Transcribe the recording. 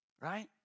right